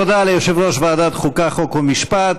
תודה ליושב-ראש ועדת החוקה, חוק ומשפט.